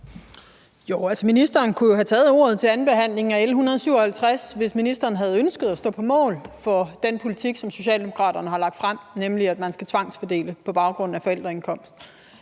ministeren kunne jo have taget ordet til andenbehandlingen af L 157, hvis ministeren havde ønsket at stå på mål for den politik, som Socialdemokraterne har lagt frem, nemlig at man skal tvangsfordele på baggrund af forældreindkomst.